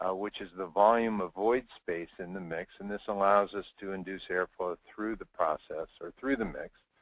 ah which is the volume of void space in the mix. this allows us to induce air flow through the process, or through the mix.